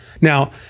Now